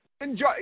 Enjoy